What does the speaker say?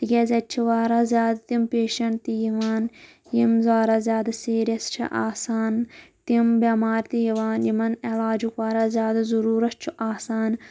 تِکیٛاز اَتہِ چھِ واراہ زِیادٕ تِم پیشنٛٹ تہِ یِوان یِم واریاہ زِیادٕ سیٖریَس چھِ آسان تِم بیٚمار تہِ یِوان یِمَن علاجُک واریاہ زِیادٕ ضروٗرَت چھُ آسان